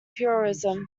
heroism